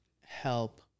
help